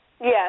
Yes